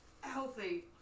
healthy